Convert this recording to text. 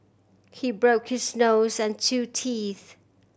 he broke his nose and two teeth